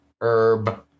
Herb